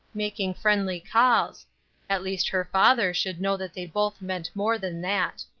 making friendly calls at least her father should know that they both meant more than that.